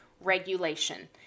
regulation